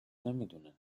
نمیدونه